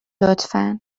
لطفا